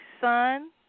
son